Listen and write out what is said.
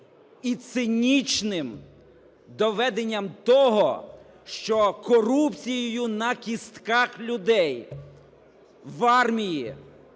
і цинічним доведенням того, що корупцією на кістках людей в армії